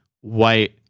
white